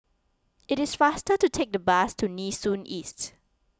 it is faster to take the bus to Nee Soon East